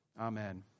Amen